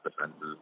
defenses